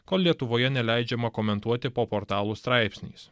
kol lietuvoje neleidžiama komentuoti po portalų straipsniais